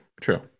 true